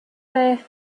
there